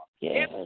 Yes